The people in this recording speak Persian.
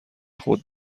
خود